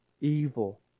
evil